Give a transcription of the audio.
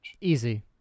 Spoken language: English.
Easy